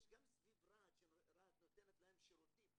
יש גם סביב רהט, שרהט נותנת להם שירותים